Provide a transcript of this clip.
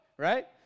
right